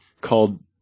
called